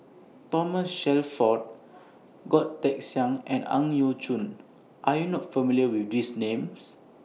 Thomas Shelford Goh Teck Sian and Ang Yau Choon Are YOU not familiar with These Names